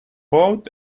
bowed